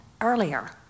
earlier